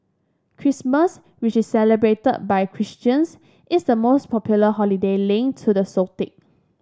Christmas which is celebrated by Christians is the most popular holiday linked to the